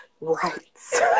rights